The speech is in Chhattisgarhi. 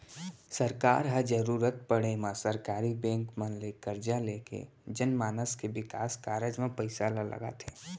सरकार ह जरुरत पड़े म सरकारी बेंक मन ले करजा लेके जनमानस के बिकास कारज म पइसा ल लगाथे